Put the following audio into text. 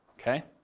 okay